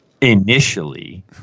initially